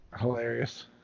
Hilarious